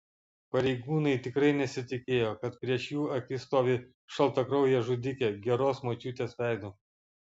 pareigūnai tikrai nesitikėjo kad prieš jų akis stovi šaltakraujė žudikė geros močiutės veidu